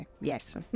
yes